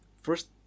First